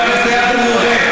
חבר הכנסת איל בן ראובן,